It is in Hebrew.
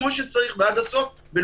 כמו שצריך ועד הסוף.